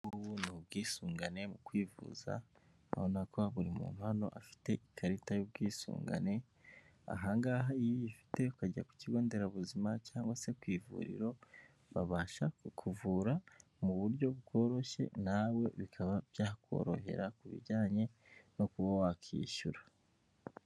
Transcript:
Ubu ni ubwisungane mu kwivuza,, urabona ko buri muntu hano ufite ikarita y'ubwisungane aha ngaha iyo uyifite ukajya ku kigo nderabuzima cyangwa se ku ivuriro, babasha kukuvura mu buryo bworoshye nawe bikaba byakorohera ku bijyanye no kuba wakishyura.